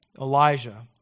Elijah